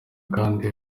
kandi